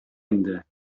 инде